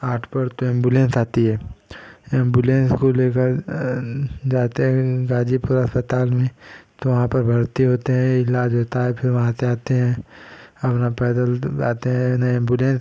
आठ पर तो एम्बुलेंस आती है एम्बुलेंस को लेकर जाते हैं गाजीपुर अस्पताल में तो वहाँ पर भर्ती होते हैं इलाज होता है फिर वहाँ से आते हैं अपना पैदल आते हैं न एम्बुलेंस